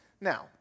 Now